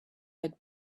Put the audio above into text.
had